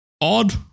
Odd